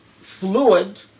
fluid